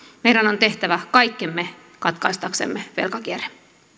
meidän on tehtävä kaikkemme katkaistaksemme velkakierteen